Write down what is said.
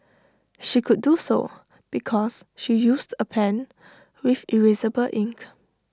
she could do so because she used A pen with erasable ink